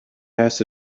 has